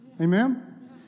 Amen